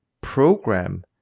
program